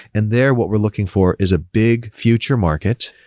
and there, what we're looking for is a big future market.